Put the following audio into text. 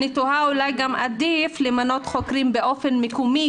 אני תוהה אולי גם עדיף למנות חוקרים באופן מיקומי,